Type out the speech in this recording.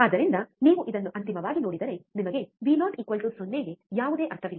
ಆದ್ದರಿಂದ ನೀವು ಇದನ್ನು ಅಂತಿಮವಾಗಿ ನೋಡಿದರೆ ನಿಮಗೆ Vo 0 ಗೆ ಯಾವುದೇ ಅರ್ಥವಿಲ್ಲ